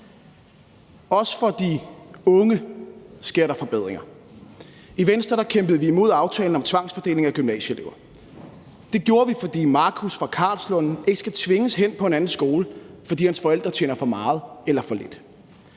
Også for de unge sker der forbedringer. I Venstre kæmpede vi imod aftalen om tvangsfordeling af gymnasieelever. Det gjorde vi, fordi Marcus fra Karlslunde ikke skal tvinges hen på en anden skole, fordi hans forældre tjener for meget eller for lidt.